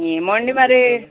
ఏమోండి మరి